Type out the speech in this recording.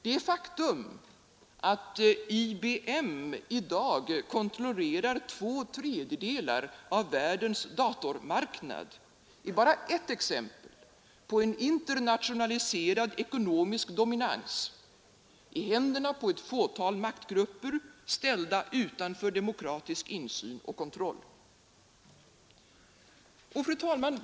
Det faktum att IBM i dag kontrollerar två tredjedelar av världens datormarknad är bara ett exempel på en internationaliserad ekonomisk dominans i händerna på ett fåtal maktgrupper ställda utanför demokratisk insyn och kontroll. Fru talman!